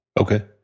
Okay